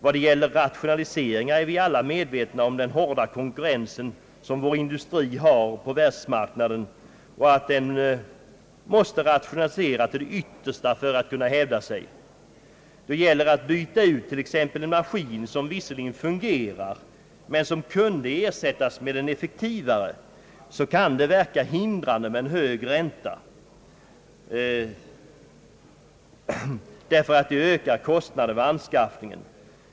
Vad det gäller rationaliseringar är vi alla medvetna om den hårda konkurrens vår industri har på världsmarknaden och att den måste rationalisera till det yttersta för att kunna hävda sig. Då det gäller att byta ut t.ex. en maskin som visserligen fungerar men kunde ersättas med en effektivare kan det verka hindrande med en hög ränta som ökar kostnaden vid anskaffningen.